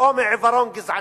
או מעיוורון גזעני,